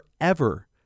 forever